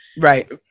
Right